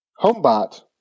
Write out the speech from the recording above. homebot